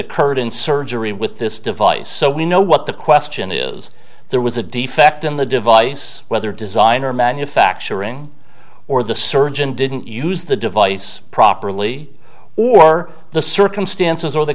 occurred in surgery with this device so we know what the question is there was a defect in the device whether design or manufacturing or the surgeon didn't use the device properly or the circumstances or the